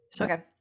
Okay